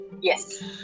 Yes